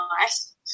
nice